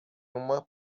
uma